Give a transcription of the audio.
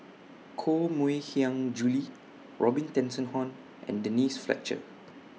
Koh Mui Hiang Julie Robin Tessensohn and Denise Fletcher